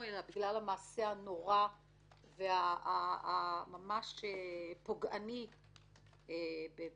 אלא בגלל המעשה הנורא והממש פוגעני בנשים,